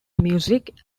music